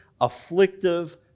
afflictive